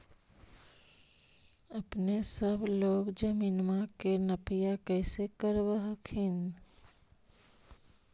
अपने सब लोग जमीनमा के नपीया कैसे करब हखिन?